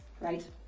right